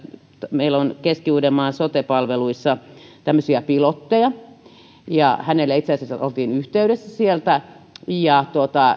meillä on keski uudenmaan sote palveluissa tämmöisiä pilotteja ja häneen itse asiassa oltiin yhteydessä sieltä ja